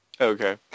Okay